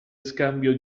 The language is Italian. scambio